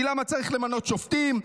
כי למה צריך למנות שופטים?